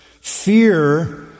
fear